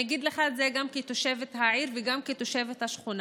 אני אגיד לך את זה גם כתושבת העיר וגם כתושבת השכונה: